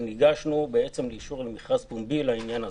ניגשנו בעצם למכרז בעניין הזה.